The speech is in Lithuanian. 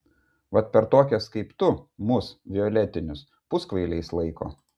vat per tokias kaip tu mus violetinius puskvailiais laiko